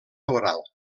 oral